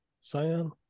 Cyan